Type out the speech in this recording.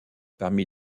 parmi